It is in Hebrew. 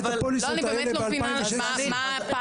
לא, אני באמת לא מבינה מה הפער.